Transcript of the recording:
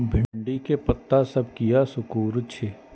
भिंडी के पत्ता सब किया सुकूरे छे?